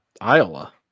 iowa